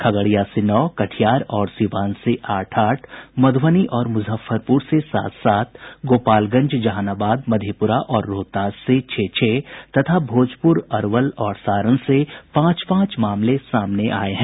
खगड़िया से नौ कटिहार और सीवान से आठ आठ मधुबनी और मुजफ्फरपुर से सात सात गोपालगंज जहानाबाद मधेपुरा और रोहतास से छह छह तथा भोजपुर अरवल और सारण से पांच पांच मामले सामने आये हैं